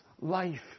life